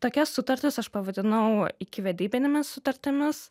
tokias sutartis aš pavadinau ikivedybinėmis sutartimis